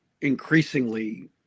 increasingly